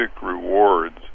rewards